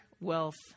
wealth